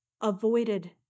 avoided